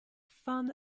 fun